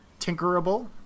tinkerable